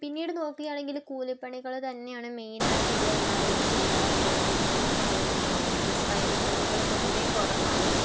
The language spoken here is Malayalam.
പിന്നീട് നോക്കുകയാണെങ്കില് കൂലിപ്പണികള് തന്നെയാണ് മേയ്നായിട്ടിവിടെ എല്ലാവരും ചെയ്യാറുള്ളൊരു തൊഴിലെന്ന് പറയുന്നത് സ്വയം തൊഴിലുകള് പൊതുവേ കുറവാണ്